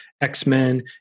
X-Men